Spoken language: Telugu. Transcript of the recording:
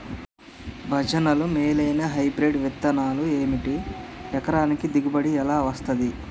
భజనలు మేలైనా హైబ్రిడ్ విత్తనాలు ఏమిటి? ఎకరానికి దిగుబడి ఎలా వస్తది?